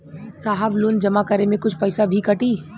साहब लोन जमा करें में कुछ पैसा भी कटी?